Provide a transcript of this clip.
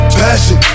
passion